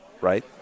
right